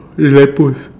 the lamp post